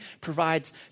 provides